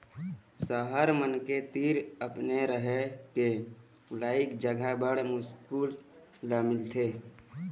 सहर म मनखे तीर अपने रहें के लइक जघा बड़ मुस्कुल ल मिलथे